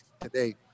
today